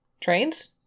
Trains